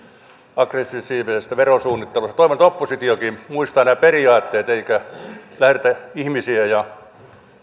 aggressiivisesta verosuunnittelusta toivon että oppositiokin muistaa nämä periaatteet eikä lähdetä ihmisiä ja